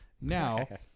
now